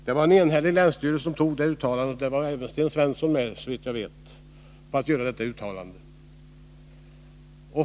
Det var en enig länsstyrelse som gjorde det uttalandet — där var även Sten Svensson med, såvitt jag vet.